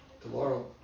Tomorrow